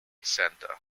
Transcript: centre